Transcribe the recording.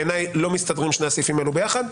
בעיניי לא מסתדרים שני הסעיפים האלה ביחד.